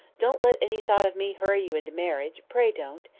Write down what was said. don't let any thought of me hurry you into marriage pray don't.